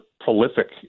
prolific